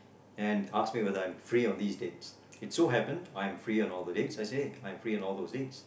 and ask me whether I'm free on these dates it so happen I am free on all the dates so I say I'm free on all those dates